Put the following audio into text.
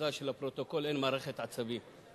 מזל שלפרוטוקול אין מערכת עצבים.